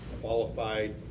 qualified